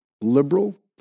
liberal